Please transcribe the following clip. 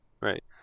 right